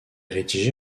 rédigé